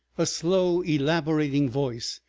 a slow, elaborating voice,